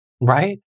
Right